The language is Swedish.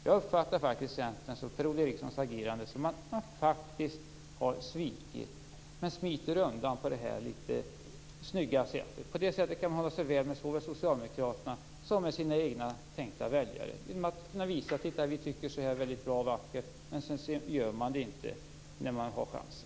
Jag uppfattar faktiskt Centerns och Per-Ola Erikssons agerande som att de har svikit, men att de smiter undan på det här litet snygga sättet. På det sättet kan de hålla sig väl med såväl socialdemokraterna som med sina egna tänkta väljare. De visar att de tycker en sak, väldigt bra och vackert, men sedan gör de det inte när de har chansen.